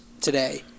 today